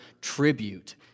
tribute